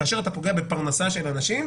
כאשר אתה פוגע בפרנסה של אנשים,